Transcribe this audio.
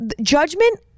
judgment